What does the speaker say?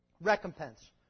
recompense